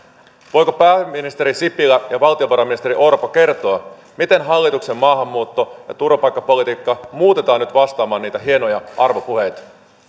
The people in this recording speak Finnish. voivatko pääministeri sipilä ja valtiovarainministeri orpo kertoa miten hallituksen maahanmuutto ja turvapaikkapolitiikka muutetaan nyt vastaamaan niitä hienoja arvopuheita